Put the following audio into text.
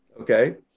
okay